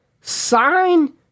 sign